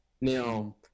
Now